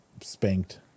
spanked